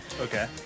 Okay